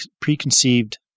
preconceived